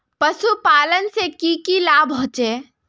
पशुपालन से की की लाभ होचे?